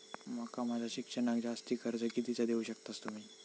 माका माझा शिक्षणाक जास्ती कर्ज कितीचा देऊ शकतास तुम्ही?